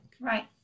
Right